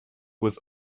was